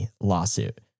lawsuit